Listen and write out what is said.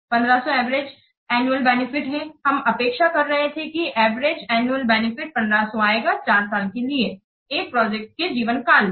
1500 average annual benefit है हम अपेक्षा कर रहे थे की एवरेज एनुअल बेनिफिट 1500 आएगा 4 साल के लिए एक प्रोजेक्ट के जीवन काल में